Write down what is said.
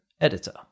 editor